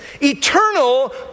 eternal